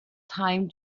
time